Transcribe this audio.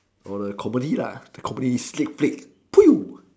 or the comedy lah the comedy sneak peek